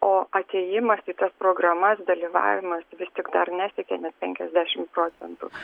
o atėjimas į tas programas dalyvavimas vis tik dar nesiekia net penkiasdešimt procentų